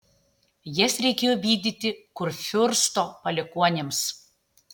jas reikėjo vykdyti kurfiursto palikuonims